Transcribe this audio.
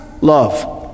love